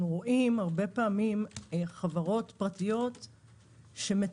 אנחנו רואים הרבה פעמים חברות פרטיות ש"מטרגטות",